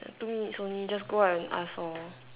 two minutes only just go out and ask ah